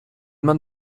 man